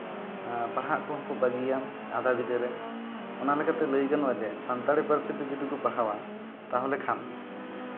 ᱟᱨ ᱯᱟᱲᱦᱟᱜ ᱠᱚᱦᱚᱸ ᱠᱚ ᱵᱟᱹᱜᱤᱭᱟ ᱟᱫᱷᱟ ᱵᱤᱫᱟᱹᱨᱮ ᱚᱱᱟ ᱞᱮᱠᱟᱛᱮ ᱞᱟᱹᱭ ᱜᱟᱱᱚᱜᱼᱟ ᱡᱮ ᱥᱟᱱᱛᱟᱲᱤ ᱯᱟᱹᱨᱥᱤ ᱛᱮ ᱡᱩᱫᱤ ᱠᱚ ᱯᱟᱲᱦᱟᱣᱟ ᱛᱟᱦᱚᱞᱮ ᱠᱷᱟᱱ